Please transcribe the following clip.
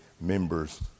members